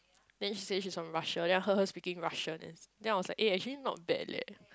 then she say she is from Russia then i heard her speaking Russian then I was like eh actually not bad leh